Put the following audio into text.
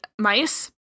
mice